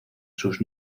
sus